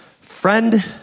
Friend